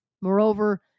Moreover